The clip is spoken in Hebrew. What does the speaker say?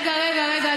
רגע, רגע, רגע.